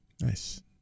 Nice